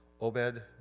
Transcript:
Obed